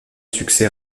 succès